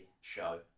show